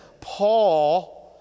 Paul